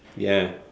ya